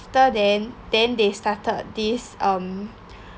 after then then they started this um